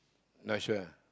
not sure